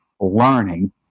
learning